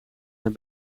zijn